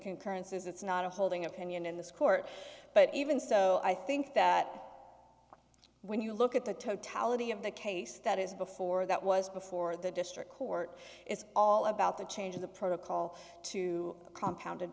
concurrences it's not a holding opinion in this court but even so i think that when you look at the totality of the case that is before that was before the district court is all about the change in the protocol to compound